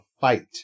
fight